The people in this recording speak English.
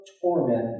torment